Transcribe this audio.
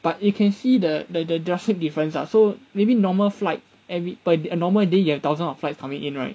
but you can see the the the drastic difference lah so maybe normal flight every~ per~ a normal day you have dozens of flights coming in right